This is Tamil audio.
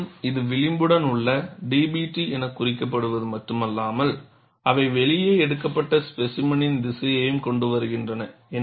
உங்களிடம் இது விளிம்புடன் உள்ள DBT எனக் குறிக்கப்படுவது மட்டுமல்லாமல் அவை வெளியே எடுக்கப்பட்ட ஸ்பேசிமெனின் திசையையும் கொண்டு வருகின்றன